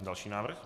Další návrh?